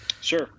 Sure